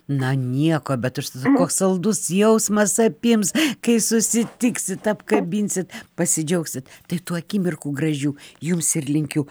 na nieko bet užtat koks saldus jausmas apims kai susitiksit apkabinsit pasidžiaugsit tai tų akimirkų gražių jums ir linkiu